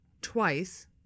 twice